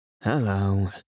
Hello